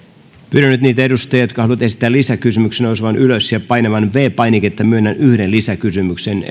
pyydän nyt niitä edustajia jotka haluavat esittää lisäkysymyksen nousemaan ylös ja painamaan viides painiketta myönnän yhden lisäkysymyksen